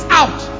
out